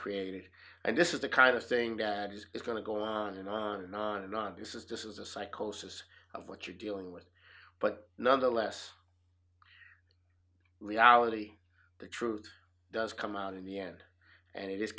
created and this is the kind of thing that is going to go on and on and on and on this is just as a psychosis of what you're dealing with but nonetheless reality the truth does come out in the end and it is